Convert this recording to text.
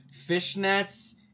fishnets